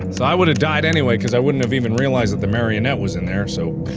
i would've died anyway cause i wouldn't have even realised the marionette was in there so.